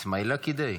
It’s my lucky day.